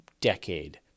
decade